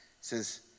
says